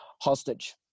hostage